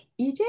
EJ